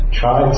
try